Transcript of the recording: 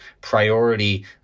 priority